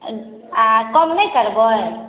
आओर कम नहि करबै